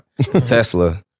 Tesla